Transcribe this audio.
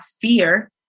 fear